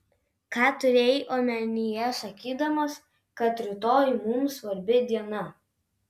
ką turėjai omenyje sakydamas kad rytoj mums svarbi diena